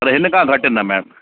अरे इन खां घटि न मैम